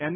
N